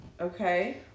Okay